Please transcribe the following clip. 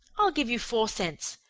i'll give you four cents.